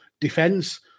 defense